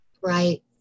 Right